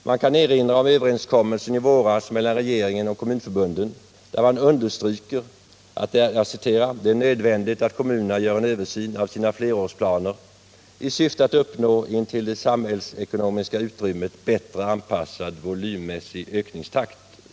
Man kan erinra om överenskommelsen i våras mellan regeringen och kommunförbunden, där man understryker att det är nödvändigt att kommunerna gör en översyn av sina flerårsplaner i syfte att uppnå en till det samhällsekonomiska utrymmet bättre anpassad volymmässig ökningstakt.